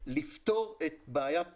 לפתור את בעיית